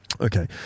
Okay